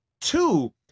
Two